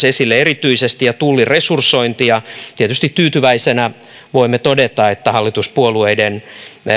esille erityisesti ja tullin resursointi tietysti tyytyväisenä voimme todeta että hallituspuolueiden